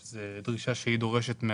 על איזה חברות ישראליות אנחנו מדברים?